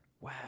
Wow